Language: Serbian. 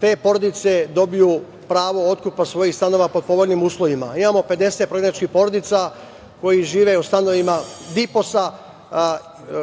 te porodice dobiju pravo otkupa svojih stanova pod povoljnijim uslovima. Imamo 50 prognanih porodica koji žive u stanovima Diposa.